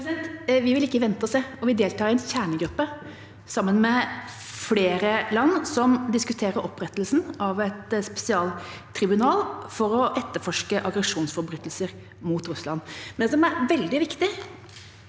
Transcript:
Vi vil ikke vente og se. Vi deltar i en kjernegruppe sammen med flere land som diskuterer opprettelsen av et spesialtribunal for å etterforske aggresjonsforbrytelser mot Ukraina. Det som er veldig viktig